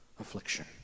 affliction